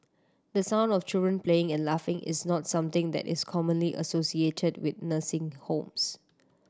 the sound of children playing and laughing is not something that is commonly associated with nursing homes